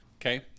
Okay